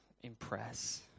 impress